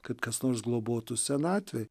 kad kas nors globotų senatvėj